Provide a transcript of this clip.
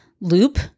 loop